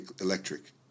electric